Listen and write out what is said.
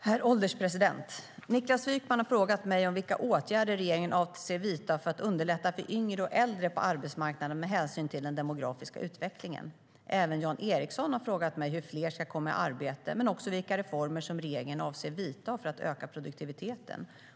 Herr ålderspresident! Niklas Wykman har frågat mig om vilka åtgärder regeringen avser att vidta för att underlätta för yngre och äldre på arbetsmarknaden med hänsyn till den demografiska utvecklingen. Även Jan Ericson har frågat mig hur fler ska komma i arbete, men också vilka reformer som regeringen avser att vidta för att öka produktiviteten.